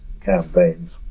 campaigns